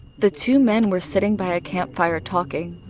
the two men were sitting by a campfire talking.